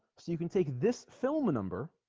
so you can take this film number